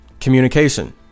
Communication